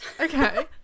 Okay